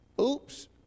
Oops